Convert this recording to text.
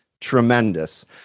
tremendous